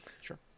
Sure